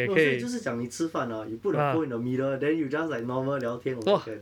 no 是就是讲你吃饭啊 you put the phone in the middle then you just like normal 聊天 also can